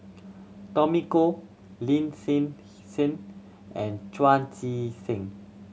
Tommy Koh Lin Hsin Hsin and Chu Chee Seng